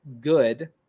good